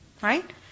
Right